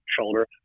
shoulder